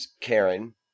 Karen